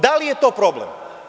Da li je to problem?